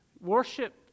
Worship